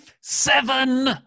seven